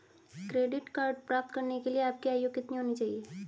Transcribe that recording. Credit card प्राप्त करने के लिए आपकी आयु कितनी होनी चाहिए?